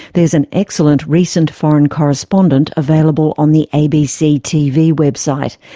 there's an excellent recent foreign correspondent available on the abc tv website.